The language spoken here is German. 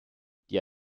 die